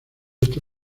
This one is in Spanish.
este